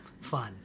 fun